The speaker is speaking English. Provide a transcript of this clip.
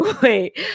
Wait